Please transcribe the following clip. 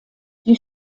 die